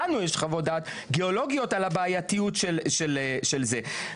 לנו יש חוות דעת אקולוגיות על הבעייתיות של הדבר הזה.